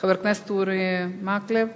חבר הכנסת אורי מקלב,